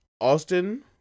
Austin